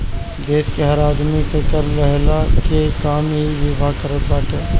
देस के हर आदमी से कर लेहला के काम इ विभाग करत बाटे